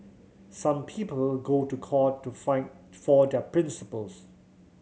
some people go to court to fight for their principles